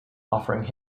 offering